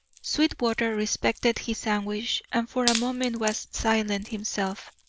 sweetwater respected his anguish and for a moment was silent himself.